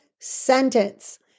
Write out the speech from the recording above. sentence